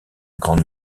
grande